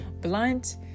blunt